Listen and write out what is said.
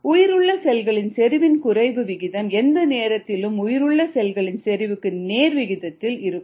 உயிருள்ள செல்களின் செறிவின் குறைவு விகிதம் எந்த நேரத்திலும் உயிருள்ள செல்களின் செறிவுக்கு நேர் விகிதத்தில் இருக்கும்